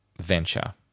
venture